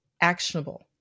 actionable